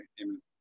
amen